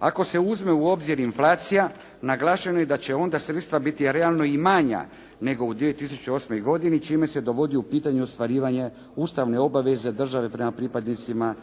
Ako se uzme u obzir inflacija naglašeno je da će onda sredstva biti realno i manja nego u 2008. godini, čime se dovodi u pitanje ostvarivanje ustavne obaveze države prema pripadnicima